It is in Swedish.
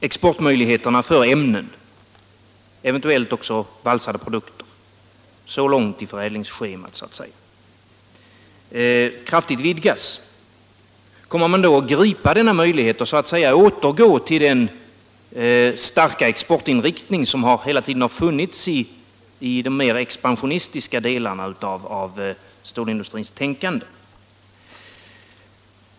exportmöjligheterna för ämnen — eventuellt också så långt i förädlingschemat som till valsade produkter — kraftigt vidgas, kommer man då att gripa denna möjlighet och så att säga återgå till den starka exportinriktning som hela tiden har funnits i de mera expansionistiska delarna av stålindustrins tänkande?